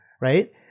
right